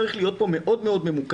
צריך להיות פה מאוד-מאוד ממוקד.